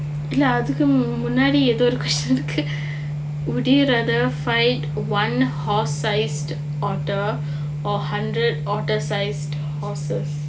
இல்ல அதுக்கு முன்னாடி ஏதோ ஒரு:illa athukku munnaadi etho oru question இருக்கு:irukku would you rather fight one horse sized otter or hundred otter sized horses